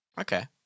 Okay